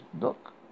look